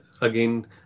again